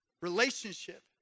relationship